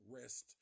Rest